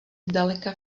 zdaleka